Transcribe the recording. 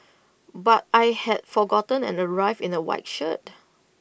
but I had forgotten and arrived in A white shirt